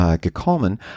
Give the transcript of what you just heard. gekommen